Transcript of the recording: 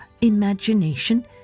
imagination